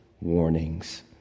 warnings